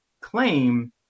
claim